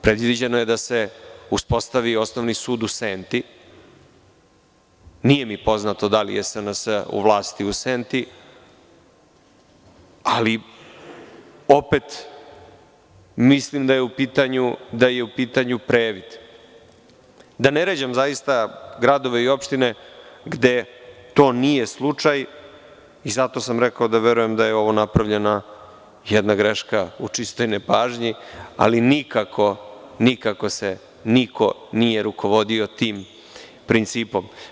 Predviđeno je da se uspostavi osnovni sud u Senti, nije mi poznato da li je SNS u vlasti u Senti, ali opet mi slim da je u pitanju previd, da ne ređam zaista gradove i opštine gde to nije slučaj i zato sam rekao da verujem da je ovo napravljena jedna greška u čistoj nepažnji ali nikako se niko nije rukovodio tim principom.